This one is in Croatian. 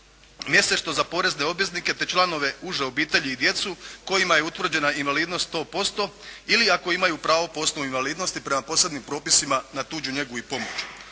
mjesečno za porezne obveznike te članove uže obitelji i djecu kojima je utvrđena invalidnost 100% ili ako imaju pravo po osnovi invalidnosti prema posebnim propisima na tuđu njegu i pomoć.